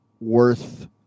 worth